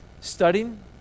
studying